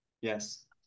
Yes